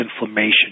inflammation